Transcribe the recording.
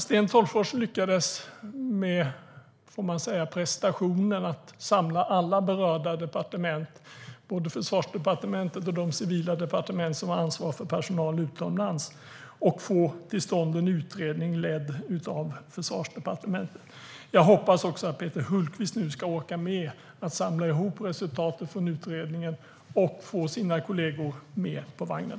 Sten Tolgfors lyckades med prestationen att samla alla berörda departement - både Försvarsdepartementet och de civila departement som har ansvar för personal utomlands - och få till stånd en utredning ledd av Försvarsdepartementet. Jag hoppas att också Peter Hultqvist nu ska orka med att samla ihop resultatet av utredningen och få sina kollegor med på vagnen.